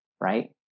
right